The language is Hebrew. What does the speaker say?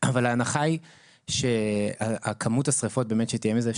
אבל ההנחה היא שכמות השריפות באמת שתהיה מזה,